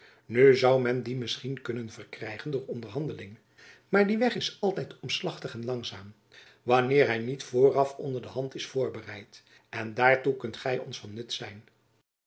nu zoû men dien misschien kunnen verkrijgen door onderhandeling maar die weg is altijd omslachtig en langzaam wanneer hy niet vooraf onder de hand is voorbereid en daartoe kunt gy ons van nut zijn